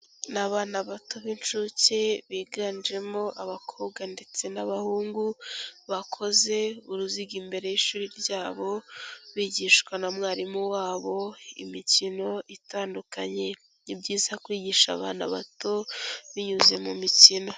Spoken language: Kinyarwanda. Ni abana bato b'incuke, biganjemo abakobwa ndetse n'abahungu, bakoze uruziga imbere y'ishuri ryabo, bigishwa na mwarimu wabo imikino itandukanye. Ni byiza kwigisha abana bato, binyuze mu mikino.